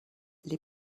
les